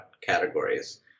categories